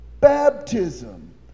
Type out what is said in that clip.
Baptism